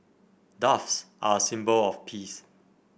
doves are a symbol of peace